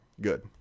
good